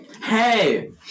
Hey